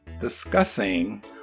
discussing